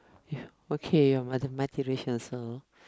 ya okay your mother multiracial also